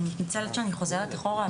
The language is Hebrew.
אני מתנצלת שאני חוזרת אחורה,